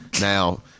now